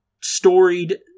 storied